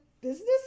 business